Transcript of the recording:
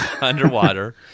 underwater